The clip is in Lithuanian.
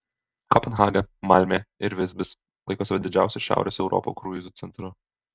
kopenhaga malmė ir visbis laiko save didžiausiu šiaurės europos kruizų centru